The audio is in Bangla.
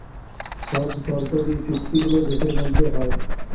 সব শর্ত দিয়ে চুক্তি গুলো দেশের মধ্যে হয়